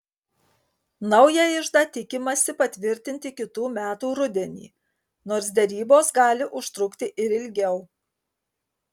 naują iždą tikimasi patvirtinti kitų metų rudenį nors derybos gali užtrukti ir ilgiau